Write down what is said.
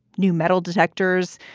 new metal detectors,